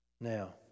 Now